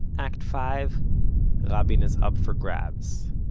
act five rabin is up for grabs.